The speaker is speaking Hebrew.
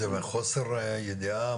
זה מחוסר ידיעה?